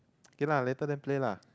okay lah later then play lah